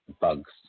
bugs